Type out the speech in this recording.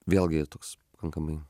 vėlgi tos pakankamai